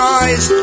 eyes